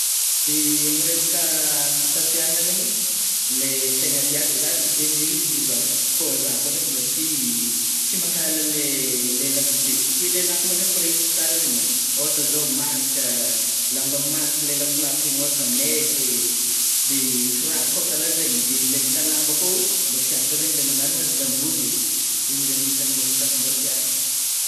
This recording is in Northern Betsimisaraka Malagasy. De Amin'ny resaka fitafiagna zagny, lay tena tiako, zaho tsy dia miriry izy io lôatra. Fô zaho fô ndraiky tsy tsy mankahala le lafo be, tsy oe le lafo moa zany fa lay itako tsara moa zegny e, ôhatry zao marika, lamba marika le lafolafo reny, ôhatry nike ,de kiraro kôa karanjeny, de resaka lamba koa mbô tiako zeigny le magnaragnarada-môdy e, igny zany no anisany mbô fitafy mbô tiako.